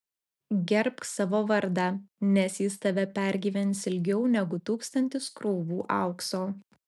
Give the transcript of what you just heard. gerbk savo vardą nes jis tave pergyvens ilgiau negu tūkstantis krūvų aukso